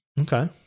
Okay